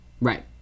Right